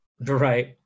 Right